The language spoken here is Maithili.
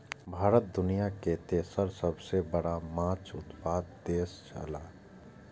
भारत दुनिया के तेसर सबसे बड़ा माछ उत्पादक देश छला